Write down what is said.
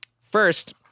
first